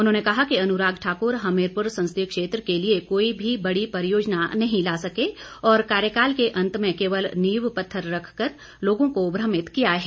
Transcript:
उन्होंने कहा कि अनुराग ठाकुर हमीरपुर संसदीय क्षेत्र के लिए कोई भी बड़ी परियोजना नहीं ला सके और कार्यकाल के अंत में केवल नींव पत्थर रखकर लोगों को भ्रमित किया है